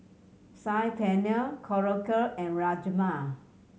Saag Paneer Korokke and Rajma